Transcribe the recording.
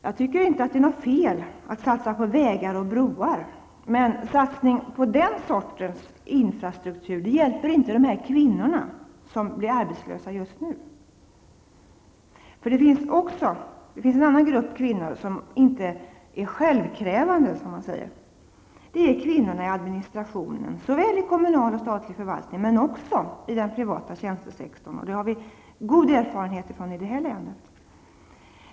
Jag tycker inte att det är något fel i att satsa på vägar och broar. Men satsning på den sortens infrastruktur hjälper inte de kvinnor som blir arbetslösa just nu. Det finns även en annan grupp kvinnor som inte kräver något själv. Det är kvinnorna i administrationen i kommunal och statlig förvaltning men även i den privata tjänstesektorn. Det har vi rik erfarenhet av i det här länet.